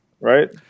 right